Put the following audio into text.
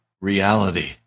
reality